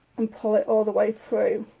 and pull it all the way through